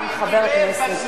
עם חברי הכנסת,